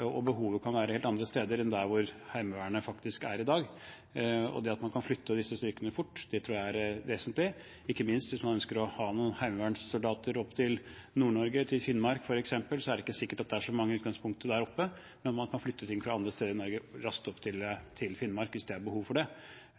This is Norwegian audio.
og behovet kan være helt andre steder enn der hvor Heimevernet faktisk er i dag. Det at man kan flytte på disse styrkene fort, tror jeg er vesentlig. Hvis man, ikke minst, ønsker å ha noen heimevernssoldater opp til Nord-Norge, til Finnmark, f.eks., er det ikke sikkert at det i utgangspunktet er så mange der oppe, men man kan flytte styrker fra andre steder i Norge raskt opp til Finnmark, hvis det er behov for det.